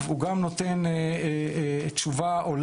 זה לא שאני הולכת לשתות קפה.